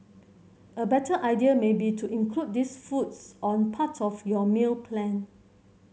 a better idea may be to include these foods on part of your meal plan